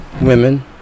women